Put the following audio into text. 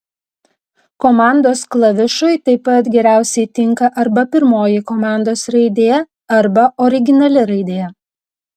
komandos klavišui taip pat geriausiai tinka arba pirmoji komandos raidė arba originali raidė